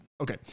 Okay